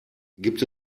gibt